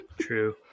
True